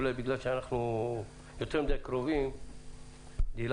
אולי בגלל שאנחנו יותר מדי קרובים דילגתי,